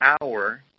hour